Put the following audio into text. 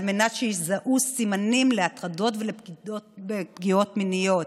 על מנת שיזהו סימנים להטרדות ולפגיעות מיניות.